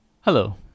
Hello